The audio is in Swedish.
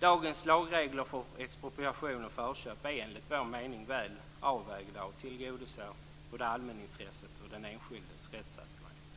Dagens lagregler för expropriation och förköp är enligt vår mening väl avvägda och tillgodoser både allmänintresset och den enskildes rättssäkerhet.